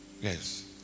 Yes